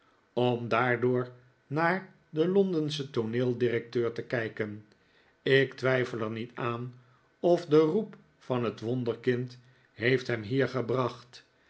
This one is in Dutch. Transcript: om daardoor naar den londenschen tooneeldirecteur te kijken ik twijfel er niet aan of de roep van het wonderkind heeft hem hier gebracht